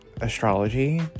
astrology